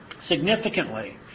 Significantly